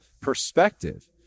perspective